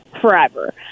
forever